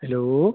hello